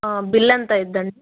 bill ఎంతవుతుందండి